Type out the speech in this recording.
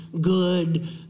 good